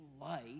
Life